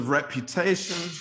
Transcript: reputation